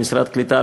משרד הקליטה,